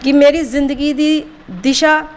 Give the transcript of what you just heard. कि मेरी जिंदगी दी दिशा